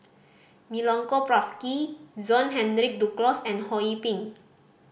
Milenko Prvacki Henry Duclos and Ho Yee Ping